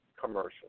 commercial